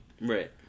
right